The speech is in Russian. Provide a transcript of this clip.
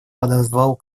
подозвал